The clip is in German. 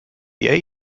der